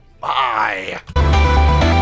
Bye